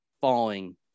falling